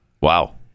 Wow